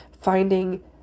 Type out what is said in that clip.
finding